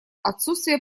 отсутствие